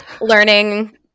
learning